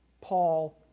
Paul